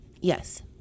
yes